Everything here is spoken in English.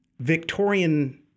victorian